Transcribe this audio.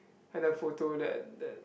and the photo that that